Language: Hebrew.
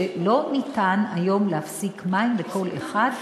שלא ניתן היום להפסיק מים לכל אחד,